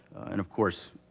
and of course,